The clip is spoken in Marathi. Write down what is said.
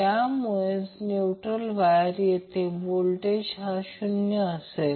त्यामुळेच न्यूट्रल वायरच्या येथे व्होल्टेज हा शून्य असेल